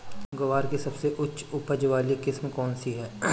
ग्वार की सबसे उच्च उपज वाली किस्म कौनसी है?